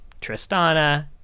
Tristana